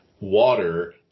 Water